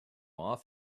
off